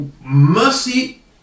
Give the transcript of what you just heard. Mercy